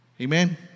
Amen